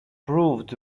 proved